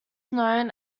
known